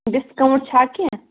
discount چھا کیٚنہہ